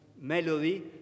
melody